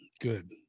Good